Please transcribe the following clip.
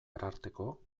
ararteko